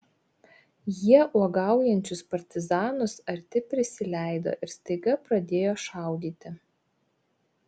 jie uogaujančius partizanus arti prisileido ir staiga pradėjo šaudyti